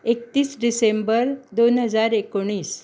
एकतीस डिसेंबर दोन हजार एकोणीस